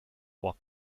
what